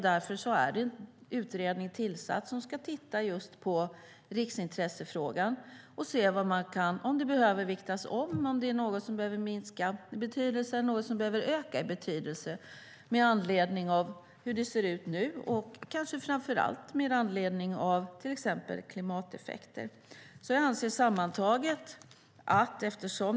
Därför har en utredning tillsatts som ska titta på riksintressefrågan och om det behöver viktas om eller om något behöver minska eller öka i betydelse med anledning av hur det ser ut nu och, framför allt, med anledning av till exempel klimateffekter.